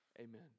amen